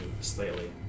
slightly